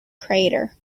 crater